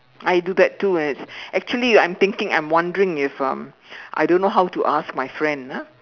I do that too as actually I'm thinking I'm wondering if um I don't know how to ask my friend ah